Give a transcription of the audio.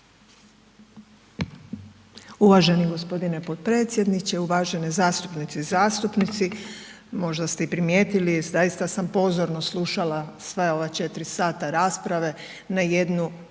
Uvaženi gospodine potpredsjedniče, uvažene zastupnice i zastupnici možda ste i primijetili zaista sam pozorno slušala sva ova 4 sata rasprave, na jednu